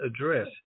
address